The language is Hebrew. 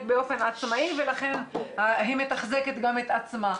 באופן עצמאי ולכן היא מתחזקת גם את עצמה.